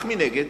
אך מנגד